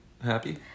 happy